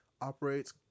operates